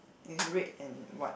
is red and white